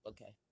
Okay